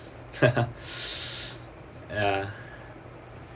ya